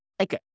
Okay